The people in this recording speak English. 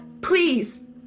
Please